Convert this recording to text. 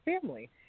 family